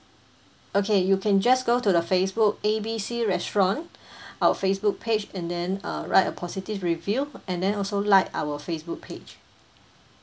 okay you can just go to the facebook A B C restaurant our facebook page and then uh write a positive review and then also like our facebook page